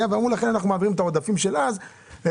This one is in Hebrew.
ואמרו: לכן אנחנו מעבירים את העודפים של אז ל-2021.